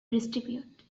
distribute